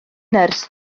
nyrs